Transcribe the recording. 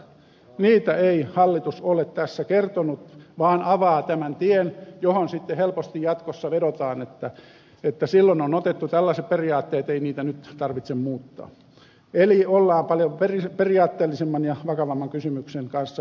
niitä ei hallitus ole tässä kertonut vaan avaa tämän tien johon sitten helposti jatkossa vedotaan että silloin on otettu tällaiset periaatteet ei niitä nyt tarvitse muuttaa eli ollaan paljon periaatteellisemman ja vakavamman kysymyksen kanssa tekemisissä